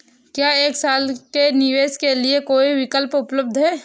क्या एक साल के निवेश के लिए कोई विकल्प उपलब्ध है?